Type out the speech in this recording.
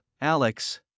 Alex